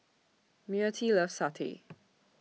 Myrtie loves Satay